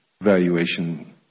valuation